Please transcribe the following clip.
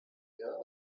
you